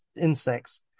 insects